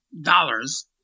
dollars